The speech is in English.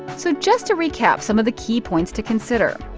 so just to recap some of the key points to consider.